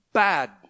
bad